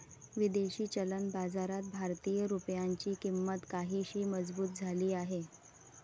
विदेशी चलन बाजारात भारतीय रुपयाची किंमत काहीशी मजबूत झाली आहे